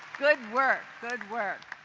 good work, good work.